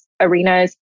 arenas